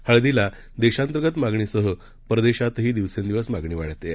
हळदीला देशांतर्गत मागणीसह परदेशातही दिवसेंदिवस मागणी वाढत आहे